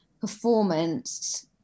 performance